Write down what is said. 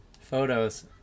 photos